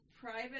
private